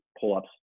pull-ups